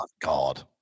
God